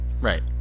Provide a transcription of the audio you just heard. Right